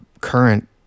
current